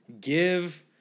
give